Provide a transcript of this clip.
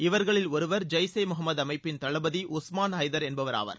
இவர்களில் ஒருவர் ஜய்ஸ் எ முகமது அமைப்பிள் தளபதி உஸ்மான் ஐதர் என்பவர் ஆவார்